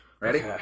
Ready